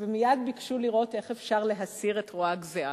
ומייד ביקשו לראות איך אפשר להסיר את רוע הגזירה.